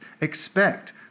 Expect